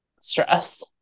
stress